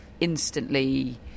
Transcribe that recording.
Instantly